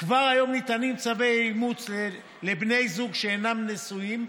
כבר היום ניתנים צווי אימוץ לבני זוג שאינם נשואים,